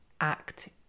act